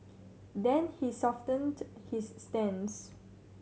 then he softened his stance